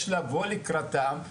יש לבוא לקראתם,